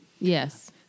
Yes